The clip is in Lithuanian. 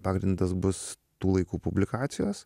pagrindas bus tų laikų publikacijos